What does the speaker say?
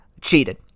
cheated